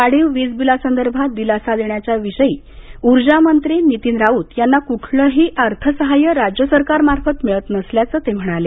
वाढीव वीजबीला संदर्भात दिलासा देण्याच्या विषयी ऊर्जा मंत्री नितीन राऊत यांना कुठलंही अर्थसहाय्य राज्य सरकारमार्फत मिळत नसल्याचं ते म्हणाले